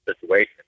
situation